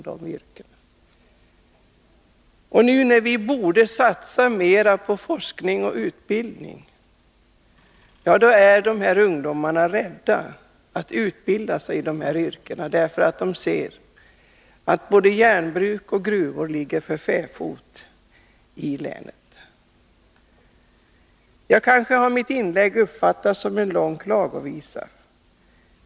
Men nu när vi borde satsa mera på forskning och utveckling inom just de områdena, blir ungdomarna rädda att utbilda sig inom dessa yrken, för de ser att både järnbruk och gruvor ligger för fäfot i länet. Kanske har mitt inlägg uppfattats som en lång klagovisa.